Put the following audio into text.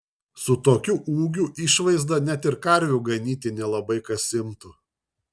su tokiu ūgiu išvaizda net ir karvių ganyti nelabai kas imtų